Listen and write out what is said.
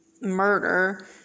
murder